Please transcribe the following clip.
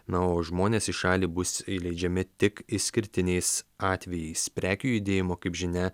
na o žmonės į šalį bus įleidžiami tik išskirtiniais atvejais prekių judėjimo kaip žinia